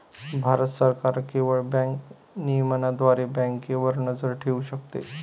भारत सरकार केवळ बँक नियमनाद्वारे बँकांवर नजर ठेवू शकते